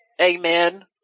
Amen